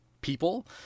people